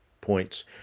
points